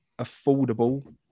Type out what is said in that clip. affordable